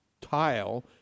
tile